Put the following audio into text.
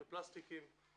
של פלסטיקים.